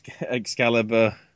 Excalibur